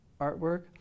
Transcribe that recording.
artwork